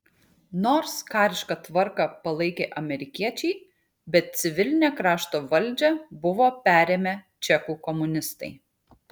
nors karišką tvarką palaikė amerikiečiai bet civilinę krašto valdžią buvo perėmę čekų komunistai